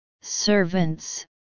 servants